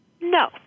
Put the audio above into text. No